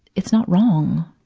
it's not wrong,